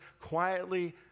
quietly